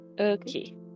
Okay